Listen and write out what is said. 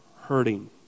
hurting